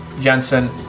Jensen